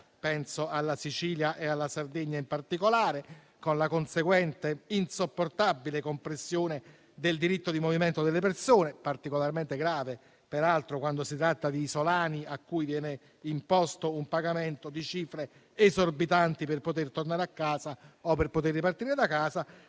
(penso alla Sicilia e alla Sardegna in particolare), con la conseguente insopportabile compressione del diritto di movimento delle persone, particolarmente grave, peraltro, quando si tratta di isolani a cui viene imposto il pagamento di cifre esorbitanti per poter tornare a casa o per poter ripartire da casa.